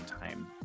time